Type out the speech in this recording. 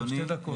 שתי דקות.